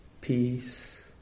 peace